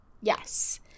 Yes